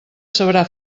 sabrà